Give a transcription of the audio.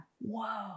Whoa